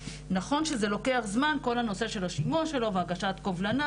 נכון שזה לוקח זמן כל הנושא של השימוע שלו והגשת קובלנה.